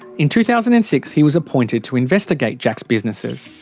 in two thousand and six he was appointed to investigate jack's businesses.